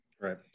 Right